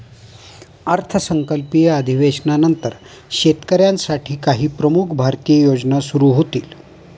अर्थसंकल्पीय अधिवेशनानंतर शेतकऱ्यांसाठी काही प्रमुख भारतीय योजना सुरू होतील